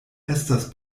estas